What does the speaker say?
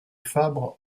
fabre